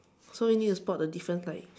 so we need to spot the difference like